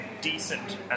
decent